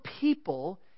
people